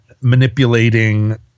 manipulating